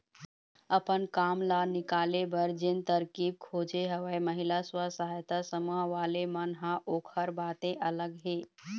अपन काम ल निकाले बर जेन तरकीब खोजे हवय महिला स्व सहायता समूह वाले मन ह ओखर बाते अलग हे